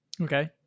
Okay